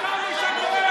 אתה משקר.